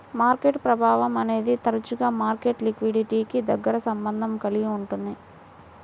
market ప్రభావం అనేది తరచుగా మార్కెట్ లిక్విడిటీకి దగ్గరి సంబంధం కలిగి ఉంటుంది